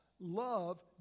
Love